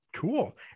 Cool